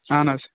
اَہن حظ